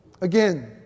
Again